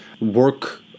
work